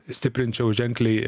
stiprinčiau ženkliai